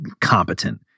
competent